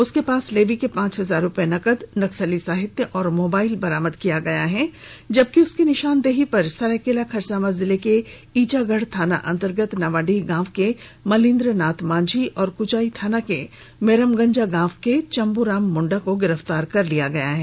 उसके पास लेवी के पांच हजार रुपए नगद नक्सली साहित्य एवं मोबाइल बरामद किया गया है जबकि उसकी निशानदेही पर सरायकेला खरसावां जिले के ईचागढ़ थाना अंतर्गत नावाडीह गांव के मलींद्रनाथ माझी और कुचाई थाना के मेरमजंगा गांव के चंबूराम मुंडा को गिरफ्तार किया गया है